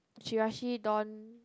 Chirashi don